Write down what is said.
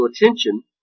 attention